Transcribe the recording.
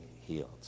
healed